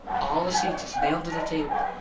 all the seats is nailed to the table.